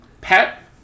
Pet